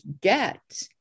get